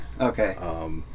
Okay